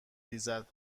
ریزد